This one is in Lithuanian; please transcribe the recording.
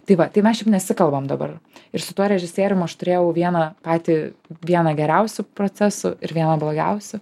tai va tai mes šiaip nesikalbam dabar ir su tuo režisierium aš turėjau vieną patį vieną geriausių procesų ir vieną blogiausių